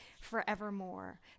forevermore